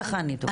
ככה אני תופסת.